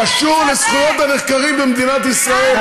קשור לזכויות הנחקרים במדינת ישראל.